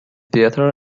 theater